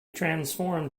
transformed